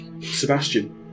Sebastian